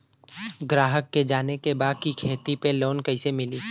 ग्राहक के जाने के बा की खेती पे लोन कैसे मीली?